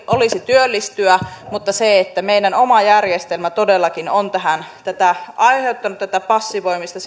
olisi työllistyä mutta siitä ei voi ihmisiä syyttää että meidän oma järjestelmä todellakin on aiheuttanut tätä passivoimista